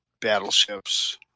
battleships